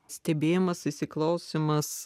stebėjimas įsiklausymas